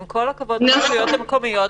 עם כל הכבוד לרשויות המקומיות,